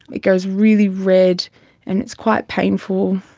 it goes really red and it's quite painful.